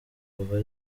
kuva